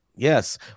Yes